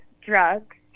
drugs